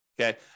Okay